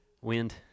wind